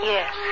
Yes